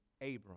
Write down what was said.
Abram